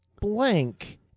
blank